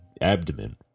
abdomen